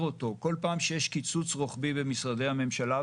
אותו כל פעם שיש קיצוץ רוחבי במשרדי הממשלה,